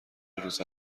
روز